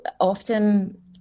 often